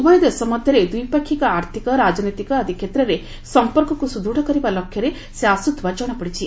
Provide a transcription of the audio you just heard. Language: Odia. ଉଭୟ ଦେଶ ମଧ୍ୟରେ ଦ୍ୱିପାକ୍ଷିକ ଆର୍ଥିକ ରାଜନୈତିକ ଆଦି କ୍ଷେତ୍ରରେ ସଂପର୍କକୁ ସୁଦୃଢ଼ କରିବା ଲକ୍ଷ୍ୟରେ ସେ ଆସୁଥିବା ଜଣାପଡ଼ିଛି